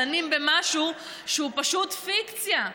ודנים במשהו שהוא פשוט פיקציה,